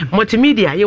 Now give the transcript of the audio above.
Multimedia